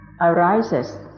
arises